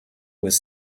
with